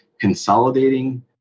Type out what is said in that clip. consolidating